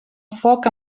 foc